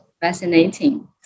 fascinating